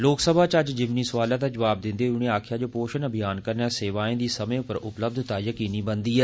लोकसभा च अज्ज ज़िमनी सोआले दा जवाब दिन्दे होई उनें आक्खेया जे पोषण अभियान कन्नै सेवाएं दी समें पर उपलब्धता यकीनी बनदी ऐ